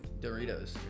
Doritos